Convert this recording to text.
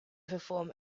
perform